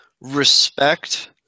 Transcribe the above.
respect –